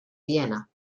vienna